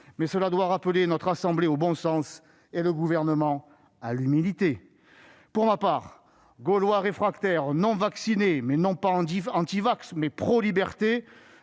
mais cela doit rappeler toute notre assemblée au bon sens et inviter le Gouvernement à l'humilité. Pour ma part, Gaulois réfractaire non vacciné, non antivax mais prolibertés,